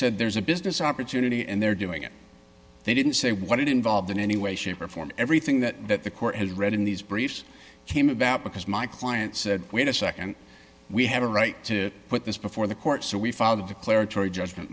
said there's a business opportunity and they're doing it they didn't say what it involved in any way shape or form and everything that the court has read in these briefs came about because my client said wait a nd we have a right to put this before the court so we filed declaratory judgment